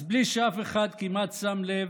אז בלי שאף אחד כמעט שם לב,